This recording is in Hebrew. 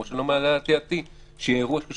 כמו שאני לא מעלה על דעתי שיהיה אירוע שקשור